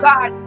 God